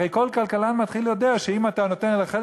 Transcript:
הרי כל כלכלן מתחיל יודע שאם אתה נותן לחלק